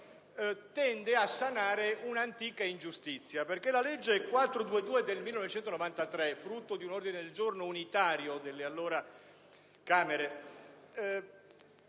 tende a sanare un'antica ingiustizia. La legge n. 422 del 1993, frutto di un ordine del giorno unitario delle Camere,